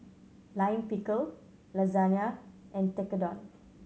Lime Pickle Lasagna and Tekkadon